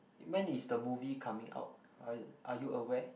when is the movie coming out are you are you aware